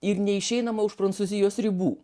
ir neišeinama už prancūzijos ribų